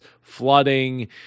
flooding